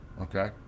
okay